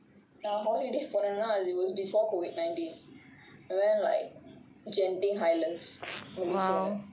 a holiday போனேனா:ponenaa it was before COVID nineteen I went like genting highlands malaysia lah